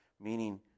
meaning